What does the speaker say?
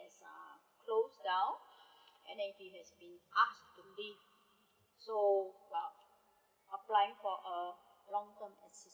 uh closed down and then he has been asked to leave so uh applying for a long term assistance